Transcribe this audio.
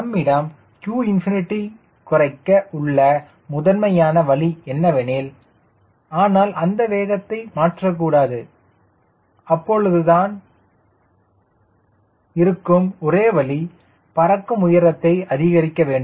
நம்மிடம் q குறைக்க உள்ள முதன்மையான வழி என்னவெனில் ஆனால் வேகத்தை மாற்றக்கூடாது அப்பொழுது இருக்கும் ஒரே வழி பறக்கும் உயரத்தை அதிகரிக்கவேண்டும்